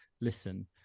listen